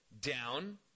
down